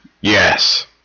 Yes